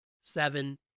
seven